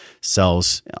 cells